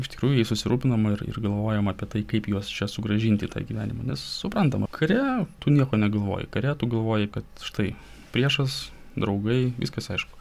iš tikrųjų jais susirūpinama ir ir galvojama apie tai kaip juos čia sugrąžinti į tą gyvenimą nes suprantama kare tu nieko negalvoji kare tu galvoji kad štai priešas draugai viskas aišku